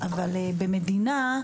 במדינה,